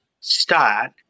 start